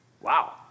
Wow